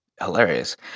hilarious